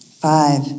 Five